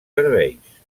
serveis